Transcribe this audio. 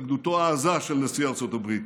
התנגדותו העזה, של נשיא ארצות הברית.